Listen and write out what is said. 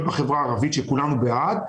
בחברה הערבית שזה משהו שכולנו בעדו,